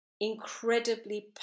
incredibly